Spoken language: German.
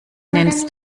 nennst